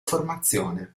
formazione